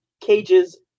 Cage's